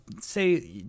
say